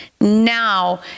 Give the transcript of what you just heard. Now